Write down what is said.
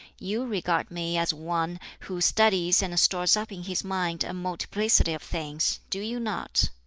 you regard me as one who studies and stores up in his mind a multiplicity of things do you not?